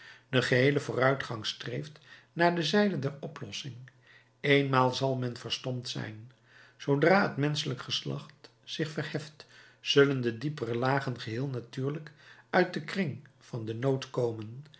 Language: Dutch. de geheele vooruitgang streeft naar de zijde der oplossing eenmaal zal men verstomd zijn zoodra het menschelijk geslacht zich verheft zullen de diepere lagen geheel natuurlijk uit den kring van den nood komen